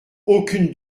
aucune